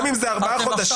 גם אם זה ארבעה חודשים,